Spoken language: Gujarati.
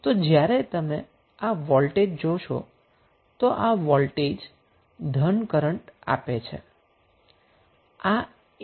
તો હવે જ્યારે તમે આ વોલ્ટેજ જોશો તો આ વોલ્ટેજ પોઝિટવ કરન્ટ આપે છે